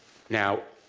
now,